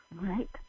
Right